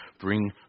bring